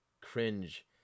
cringe